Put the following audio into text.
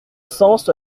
sens